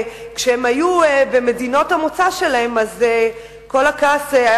כשהם היו במדינות המוצא שלהם כל הכעס היה